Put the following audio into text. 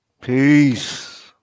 Peace